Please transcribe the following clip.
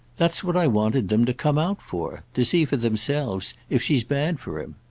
that's what i wanted them to come out for to see for themselves if she's bad for him.